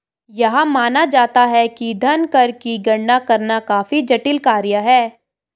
यह माना जाता है कि धन कर की गणना करना काफी जटिल कार्य है